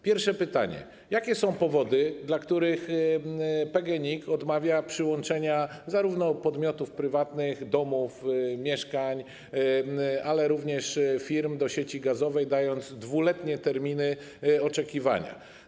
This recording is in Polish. Pierwsze pytanie: Jakie są powody, dla których PGNiG odmawia przyłączenia zarówno podmiotów prywatnych, domów, mieszkań, jak i firm do sieci gazowej, dając 2-letnie terminy oczekiwania?